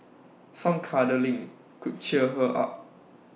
some cuddling could cheer her up